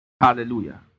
Hallelujah